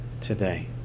today